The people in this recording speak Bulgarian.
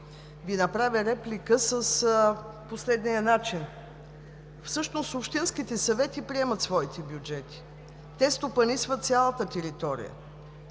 Ви направя реплика по следния начин. Всъщност общинските съвети приемат своите бюджети, те стопанисват цялата територия.